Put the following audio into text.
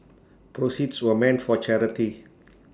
proceeds were meant for charity